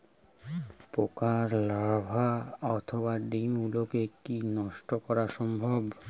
পোকার লার্ভা অথবা ডিম গুলিকে কী নষ্ট করা সম্ভব?